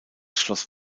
schloss